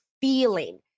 feeling